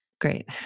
Great